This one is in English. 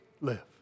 live